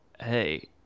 Hey